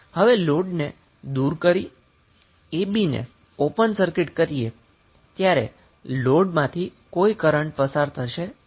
હવે લોડને દુર કરી a b ને ઓપન સર્કિટ કરીએ ત્યારે લોડમાંથી કોઈ કરન્ટ પસાર થશે નહી